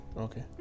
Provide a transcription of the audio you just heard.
Okay